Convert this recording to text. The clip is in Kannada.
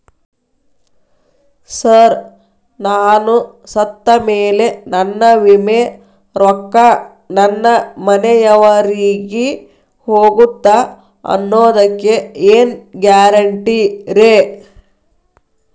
ಸರ್ ನಾನು ಸತ್ತಮೇಲೆ ನನ್ನ ವಿಮೆ ರೊಕ್ಕಾ ನನ್ನ ಮನೆಯವರಿಗಿ ಹೋಗುತ್ತಾ ಅನ್ನೊದಕ್ಕೆ ಏನ್ ಗ್ಯಾರಂಟಿ ರೇ?